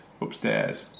upstairs